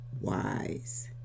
wise